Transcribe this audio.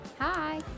Hi